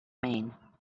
maine